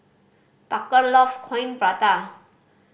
Tucker loves Coin Prata